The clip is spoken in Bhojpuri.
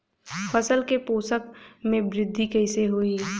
फसल के पोषक में वृद्धि कइसे होई?